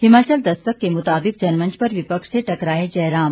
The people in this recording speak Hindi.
हिमाचल दस्तक के मुताबिक जनमंच पर विपक्ष से टकराए जयराम